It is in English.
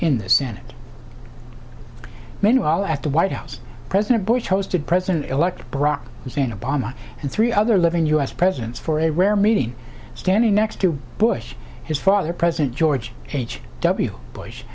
in the senate meanwhile at the white house president bush hosted president elect barack hussein obama and three other living u s presidents for a rare meeting standing next to bush his father president george h w bush